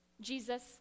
Jesus